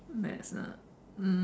maths ah